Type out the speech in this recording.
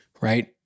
right